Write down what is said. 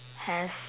has